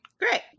Great